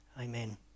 Amen